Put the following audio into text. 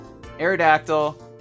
Aerodactyl